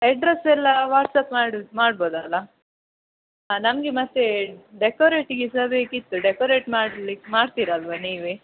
ಎಡ್ರೆಸ್ಸೆಲ್ಲ WhatsApp ಮಾಡೋದ್ ಮಾಡ್ಬೋದಲ್ಲಾ ಹಾಂ ನಮಗೆ ಮತ್ತೆ ಡೆಕೋರೇಟಿಗೆ ಸಹ ಬೇಕಿತ್ತು ಡೆಕೋರೇಟ್ ಮಾಡ್ಲಿಕ್ಕೆ ಮಾಡ್ತೀರಾ ಅಲ್ವಾ ನೀವೇ